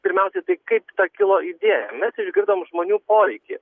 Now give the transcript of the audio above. pirmiausiai tai kaip ta kilo idėja mes išgirdom žmonių poreikį